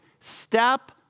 step